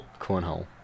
Cornhole